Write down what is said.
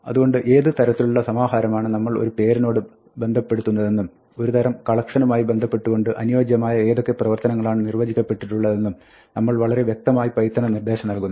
അതുകൊണ്ട് ഏത് തരത്തിലുള്ള സമാഹാരമാണ് നമ്മൾ ഒരു പേരിനോട് ബന്ധപ്പെടുത്തുന്നതെന്നും ഒരു തരം കളക്ഷനുമായി ബന്ധപ്പെട്ടുകൊണ്ട് അനുയോജ്യമായ ഏതൊക്കെ പ്രവർത്തനങ്ങളാണ് നിർവ്വചിക്കപ്പെട്ടിട്ടുള്ളതെന്നും നമ്മൾ വളരെ വ്യക്തമായി പൈത്തണിന് നിർദ്ദേശം നൽകുന്നു